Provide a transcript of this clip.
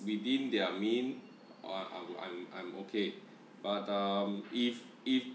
within their mean or I'm I'm okay but um if if